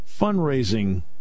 fundraising